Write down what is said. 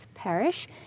Parish